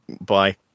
bye